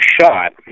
shot